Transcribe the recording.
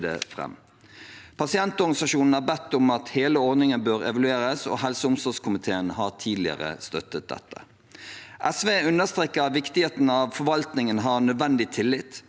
Pasientorganisasjonene har bedt om at hele ordningen bør evalueres, og helseog omsorgskomiteen har tidligere støttet dette. SV understreker viktigheten av at forvaltningen har nødvendig tillit,